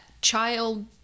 child